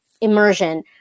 immersion